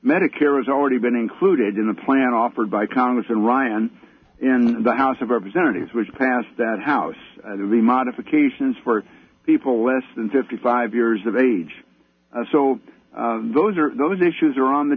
medicare has already been included in the plan offered by congressman ryan in the house of representatives which passed that house the modifications for people less than fifty five years of age so those are those issues are on the